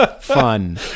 fun